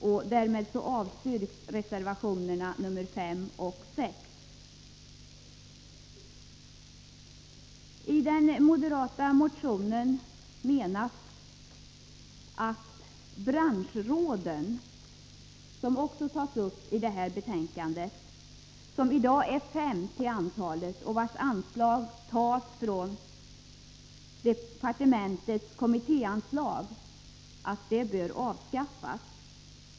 Jag yrkar därför avslag på reservationerna 5 och 6. I den moderata motionen anförs att branschråden, som är fem till antalet och som bekostas av departementets kommittéanslag, bör avskaffas.